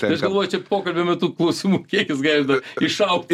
tai aš galvoju čia pokalbio metu klausimų kiekis gali dar išaugt